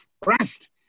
crashed